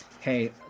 Hey